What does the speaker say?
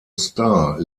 starr